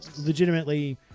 legitimately